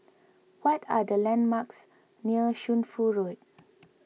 what are the landmarks near Shunfu Road